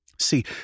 See